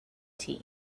tea